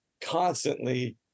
constantly